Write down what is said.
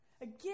Again